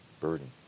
burden